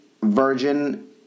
virgin